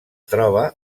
troba